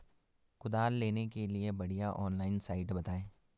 कुदाल लेने के लिए बढ़िया ऑनलाइन साइट बतायें?